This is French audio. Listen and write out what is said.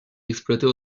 exploitait